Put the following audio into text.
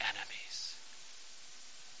enemies